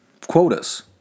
quotas